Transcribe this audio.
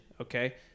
okay